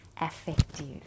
affective